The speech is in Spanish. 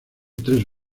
tres